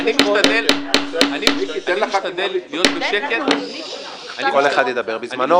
אני משתדל להיות בשקט --- כל אחד ידבר בזמנו,